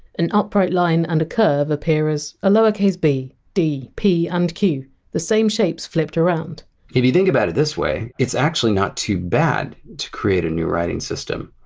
an upright line and a curve appear as a lower case b, d, p and q the same shapes, flipped around if you think about it this way, it's actually not too bad to create a new writing system.